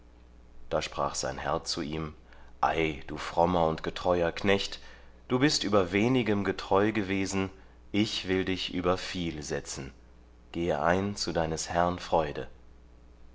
da sprach sein herr zu ihm ei du frommer und getreuer knecht du bist über wenigem getreu gewesen ich will dich über viel setzen gehe ein zu deines herrn freude